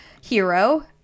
hero